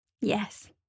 Yes